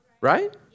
right